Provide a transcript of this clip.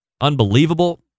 Unbelievable